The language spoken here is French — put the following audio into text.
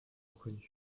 reconnus